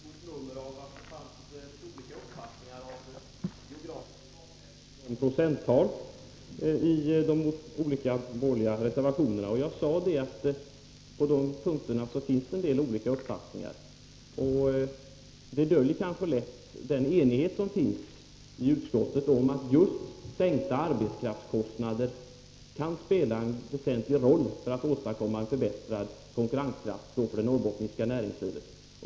Fru talman! Gustav Persson gjorde ett ganska stort nummer av att det finns litet olika uppfattningar om geografiska avgränsningar och procenttal i de olika borgerliga reservationerna. Jag har redan sagt att det finns en hel del olika uppfattningar på de punkterna, och det döljer kanske den enighet som finns i utskottet om att just sänkta arbetskraftskostnader kan spela en väsentlig roll för att åstadkomma en förbättrad konkurrenskraft för det norrbottniska näringslivet.